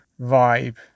vibe